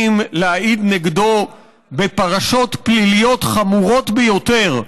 להעיד נגדו בפרשות פליליות חמורות ביותר,